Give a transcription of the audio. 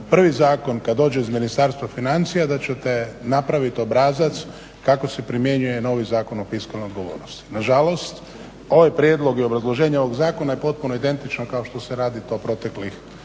prvi zakon kad dođe iz Ministarstva financija da ćete napraviti obrazac kako se primjenjuje novi Zakon o fiskalnoj odgovornosti. Nažalost, ovaj prijedlog i obrazloženje ovog zakona je potpuno identično kao što se radi to proteklih